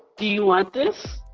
do you want this?